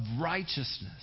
righteousness